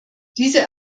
diese